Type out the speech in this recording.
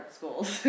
schools